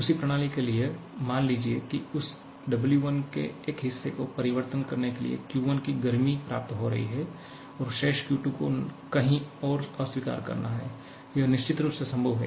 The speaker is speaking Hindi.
उसी प्रणाली के लिए मान लीजिए कि उस W1 के एक हिस्से को परिवर्तित करने के लिए Q1 की गर्मी प्राप्त हो रही है और शेष Q2 को कहीं और अस्वीकार करना है यह निश्चित रूप से संभव है